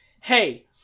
hey